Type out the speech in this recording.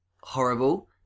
horrible